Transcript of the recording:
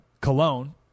Cologne